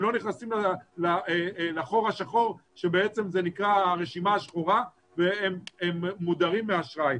לא נכנסים לחור השחור שזה נקרא הרשימה השחורה והם מודרים מאשראי.